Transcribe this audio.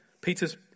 Peter's